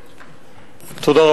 תודה.